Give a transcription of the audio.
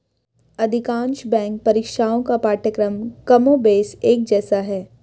अधिकांश बैंक परीक्षाओं का पाठ्यक्रम कमोबेश एक जैसा है